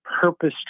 purpose